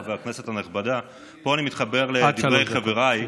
כנסת נכבדה, פה אני מתחבר לדברי חבריי.